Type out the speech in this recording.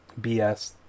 BS